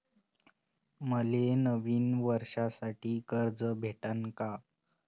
मले नवीन वर्षासाठी कर्ज भेटन का?